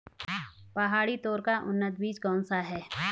पहाड़ी तोर का उन्नत बीज कौन सा है?